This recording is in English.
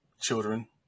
children